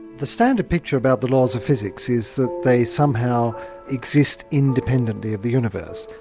the standard picture about the laws of physics is that they somehow exist independently of the universe,